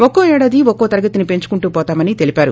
ఒక్కో ఏడాది ఒక్కో తరగతి పెంచుకుంటూ వోతామని తెలిపారు